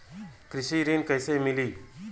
कृषि ऋण कैसे मिली?